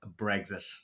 Brexit